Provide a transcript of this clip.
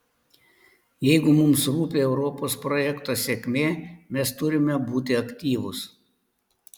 jeigu mums rūpi europos projekto sėkmė mes turime būti aktyvūs